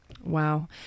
Wow